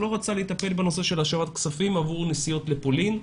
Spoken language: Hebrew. הוא לא רצה לטפל בנושא של השבת כספים עבור נסיעות לפולין.